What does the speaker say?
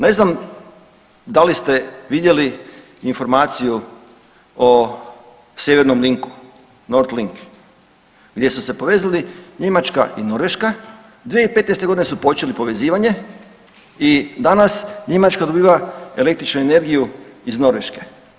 Ne znam da li ste vidjeli informaciju o sjevernom linku, North Link, gdje su se povezali Njemačka i Norveška, 2015. godine su počeli povezivanje i danas Njemačka dobiva električnu energiju iz Norveške.